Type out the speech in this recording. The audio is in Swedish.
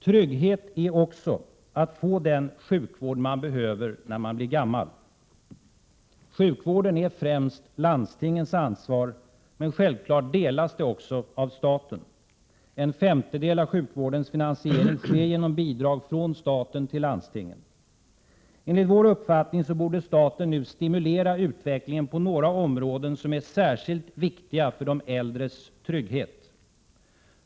Trygghet är också att få den sjukvård man behöver när man blir gammal. Sjukvården är främst landstingens ansvar, men självklart delas det också av staten. En femtedel av sjukvårdens finansiering sker genom bidrag från staten till landstingen. Enligt vår uppfattning borde staten nu stimulera utvecklingen på några områden som är särskilt viktiga för de äldres trygghet.